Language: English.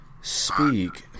speak